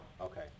Okay